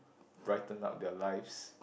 brighten up their lives